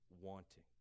wanting